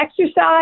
exercise